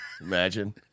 Imagine